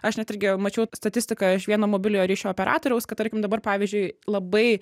aš net irgi mačiau statistiką iš vieno mobiliojo ryšio operatoriaus kad tarkim dabar pavyzdžiui labai